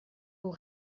aux